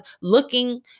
looking